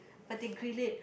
but they grill it